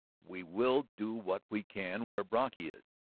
we will do what we can where brocky is.